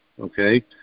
okay